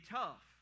tough